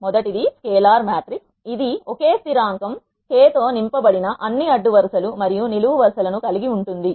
మొదటిది scalar matrix ఇది ఒకే స్థిరాంకం k తో నింపబడిన అన్ని అడ్డు వరు సలు మరియు నిలువు వరుస ల ను కలిగి ఉంటుంది